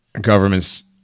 governments